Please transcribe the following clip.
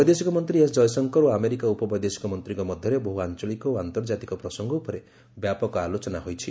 ବୈଦେଶିକ ମନ୍ତ୍ରୀ ଏସ୍ ଜୟଶଙ୍କର ଓ ଆମେରିକା ଉପ ବୈଦେଶିକ ମନ୍ତ୍ରୀଙ୍କ ମଧ୍ୟରେ ବହୁ ଆଞ୍ଚଳିକ ଓ ଆର୍ନ୍ତକାତିକ ପ୍ରସଙ୍ଗ ଉପରେ ବ୍ୟାପକ ଆଲୋଚନା ହୋଇଛି